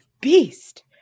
beast